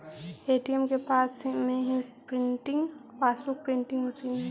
ATM के पास में ही पासबुक प्रिंटिंग मशीन हई